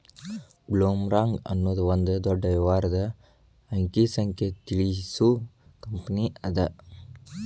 ಬ್ಲೊಮ್ರಾಂಗ್ ಅನ್ನೊದು ಒಂದ ದೊಡ್ಡ ವ್ಯವಹಾರದ ಅಂಕಿ ಸಂಖ್ಯೆ ತಿಳಿಸು ಕಂಪನಿಅದ